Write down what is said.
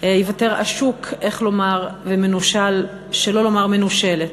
ייוותר עשוק, איך לומר, ומנושל, שלא לומר מנושלת.